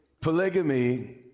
Polygamy